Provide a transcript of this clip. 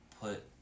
put